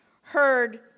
heard